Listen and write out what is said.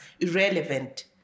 irrelevant